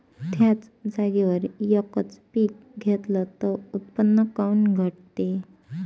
थ्याच जागेवर यकच पीक घेतलं त उत्पन्न काऊन घटते?